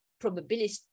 probability